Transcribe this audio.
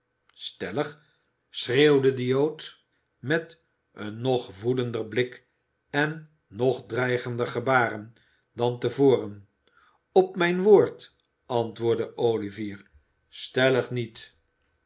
stellig schreeuwde de jood met een nog woedender blik en nog dreigender gebaren dan te voren op mijn woord antwoordde olivier stellig niet